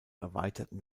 erweiterten